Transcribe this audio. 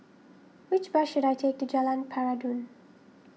which bus should I take to Jalan Peradun